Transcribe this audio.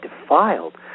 defiled